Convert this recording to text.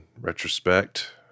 retrospect